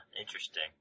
interesting